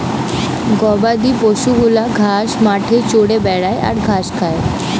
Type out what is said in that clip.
গবাদি পশু গুলা ঘাস মাঠে চরে বেড়ায় আর ঘাস খায়